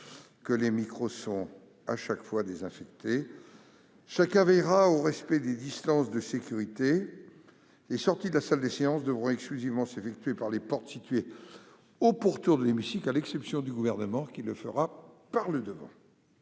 que les micros sont chaque fois désinfectés. Chacun veillera au respect des distances de sécurité. Les sorties de la salle des séances devront exclusivement s'effectuer par les portes situées au pourtour de l'hémicycle, à l'exception de celles des membres du Gouvernement,